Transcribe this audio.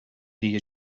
دیگه